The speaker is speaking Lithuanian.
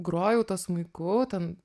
grojau tuo smuiku ten